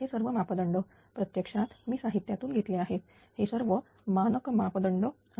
हे सर्व मापदंड प्रत्यक्षात मी साहित्यातून घेतले आहेत हे सर्व मानक मापदंड आहेत